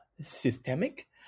systemic